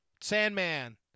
Sandman